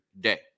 day